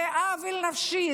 זה עוול נפשי,